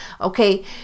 okay